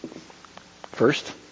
First